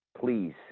please